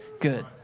Good